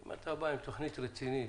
אם אתה בא עם תוכנית רצינית,